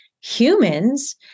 humans